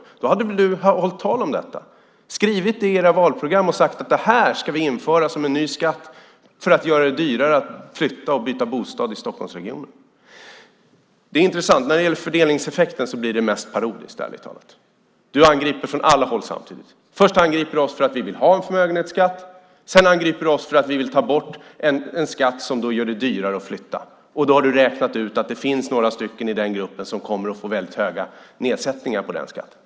I så fall hade du väl hållit tal om detta, skrivit det i era valprogram och sagt att detta skulle införas som en ny skatt för att göra det dyrare att flytta och byta bostad i Stockholmsregionen. Detta är intressant. När det gäller fördelningseffekten blir det mest parodiskt, ärligt talat. Anders Borg, du angriper från alla håll samtidigt. Först angriper du oss för att vi vill ha en förmögenhetsskatt. Sedan angriper du oss för att vi vill ta bort en skatt som gör det dyrare att flytta. Då har du räknat ut att det finns några i den gruppen som kommer att få väldigt stora nedsättningar av den skatten.